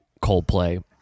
Coldplay